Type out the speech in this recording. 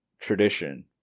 tradition